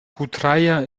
putrajaya